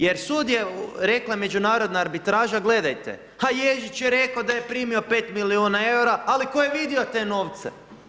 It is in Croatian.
Jer sud je, rekla međunarodna arbitraža, gledajte, Ježić je rekao da je primio 5 milijuna eura, ali tko je vidio te novce?